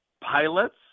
pilots